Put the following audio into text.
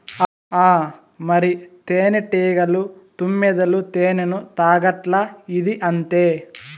ఆ మరి, తేనెటీగలు, తుమ్మెదలు తేనెను తాగట్లా, ఇదీ అంతే